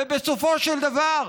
ובסופו של דבר,